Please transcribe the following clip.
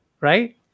right